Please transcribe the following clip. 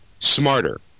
smarter